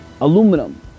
aluminum